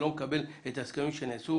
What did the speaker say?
שלא מקבל את ההסכמים שנעשו